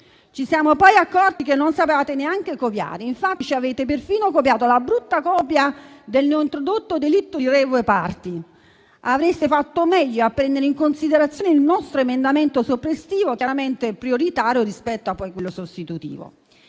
ci siamo poi accorti che non sapevate neanche copiare, infatti ci avete perfino copiato la brutta copia del neointrodotto delitto di *rave party.* Avreste fatto meglio a prendere in considerazione il nostro emendamento soppressivo, chiaramente prioritario rispetto a quello sostitutivo.